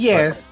Yes